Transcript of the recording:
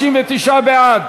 61 בעד,